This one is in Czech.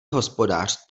hospodář